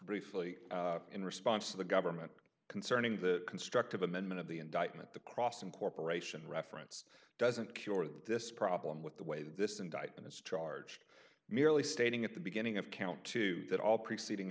briefly in response to the government concerning the constructive amendment of the indictment the cross and corporation reference doesn't cure this problem with the way this indictment is charged merely stating at the beginning of count two that all preceding